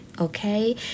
okay